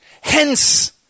Hence